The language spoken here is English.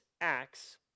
acts